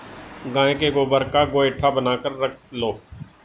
गाय के गोबर का गोएठा बनाकर रख लो